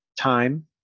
time